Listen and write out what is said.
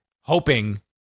hoping